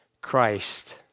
Christ